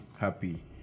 happy